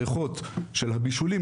הריחות של הבישולים,